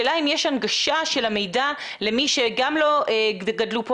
השאלה אם יש הנגשה של המידע למי שגם לא גדלו פה